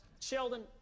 Sheldon